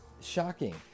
shocking